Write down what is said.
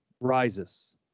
Rises